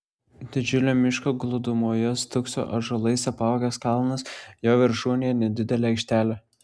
didžiulio miško glūdumoje stūkso ąžuolais apaugęs kalnas jo viršūnėje nedidelė aikštelė